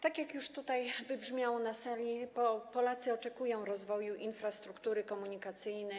Tak jak już to wybrzmiało na sali, Polacy oczekują rozwoju infrastruktury komunikacyjnej.